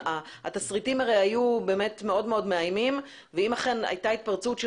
התסריטים היו מאוד מאיימים ואם אכן הייתה התפרצות של